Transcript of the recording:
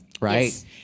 Right